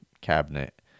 cabinet